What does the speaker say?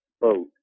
boat